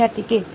વિદ્યાર્થી કે